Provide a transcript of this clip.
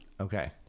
okay